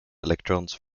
electrons